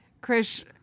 Chris